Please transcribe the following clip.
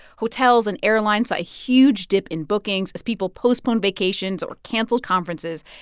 hotels and airlines saw a huge dip in bookings as people postponed vacations or canceled conferences.